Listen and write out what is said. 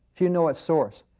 few know a source.